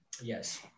Yes